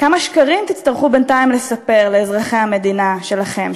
כמה שקרים תצטרכו בינתיים לספר לאזרחי המדינה שלכם,